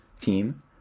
team